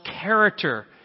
character